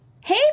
Hey